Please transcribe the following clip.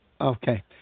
okay